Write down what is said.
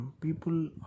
People